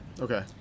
Okay